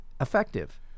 effective